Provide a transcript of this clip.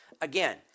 again